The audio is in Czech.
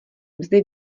mzdy